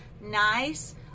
nice